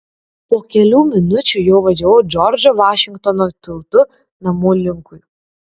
po kelių minučių jau važiavau džordžo vašingtono tiltu namų linkui